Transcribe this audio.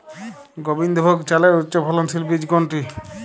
গোবিন্দভোগ চালের উচ্চফলনশীল বীজ কোনটি?